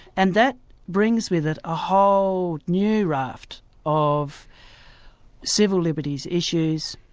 and that brings with it a whole new raft of civil liberties issues,